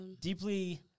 deeply